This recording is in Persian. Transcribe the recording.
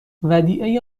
ودیعه